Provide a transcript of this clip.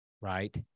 right